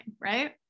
right